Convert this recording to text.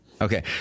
Okay